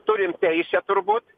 turim teisę turbūt